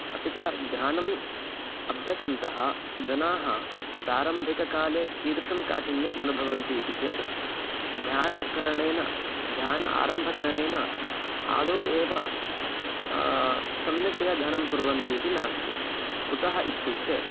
अपि च ध्यानम् अभ्यसन्तः जनाः प्रारम्भिककाले कीदृशं काठिन्यम् अनुभवन्ति इति चेत् ध्यानकरणेन ध्यान आरम्भकरणेन आदौ एव सम्यक्तया ध्यानं कुर्वन्ति इति नास्ति कुतः इत्युक्ते